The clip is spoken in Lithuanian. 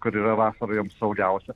kur yra vasarą jom saugiausia